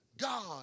God